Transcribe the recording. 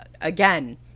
again